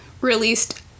Released